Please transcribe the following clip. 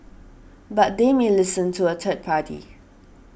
but they may listen to a third party